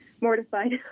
Mortified